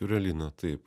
fiur alina taip